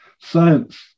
Science